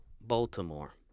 Baltimore